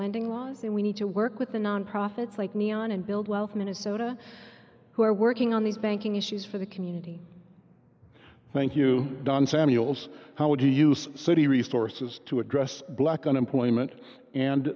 lending law and we need to work with the nonprofits like neon and build wealth minnesota who are working on these banking issues for the community thank you don samuels how would you use city resources to address black unemployment and